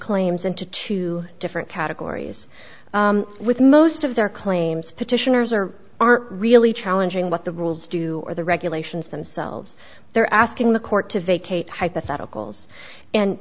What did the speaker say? claims into two different categories with most of their claims petitioners or are really challenging what the rules do or the regulations themselves they're asking the court to vacate hypotheticals and